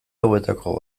hauetako